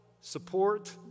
support